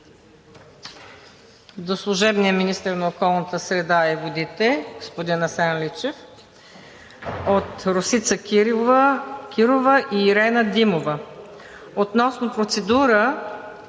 до служебния министър на околната среда и водите господин Асен Личев от Росица Кирова и Ирена Димова относно процедура